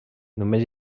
només